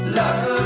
love